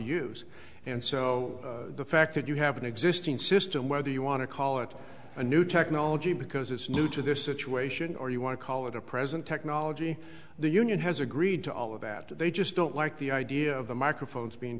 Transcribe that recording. use and so the fact that you have an existing system whether you want to call it a new technology because it's new to this situation or you want to call it a present technology the union has agreed to all of that they just don't like the idea of the microphones being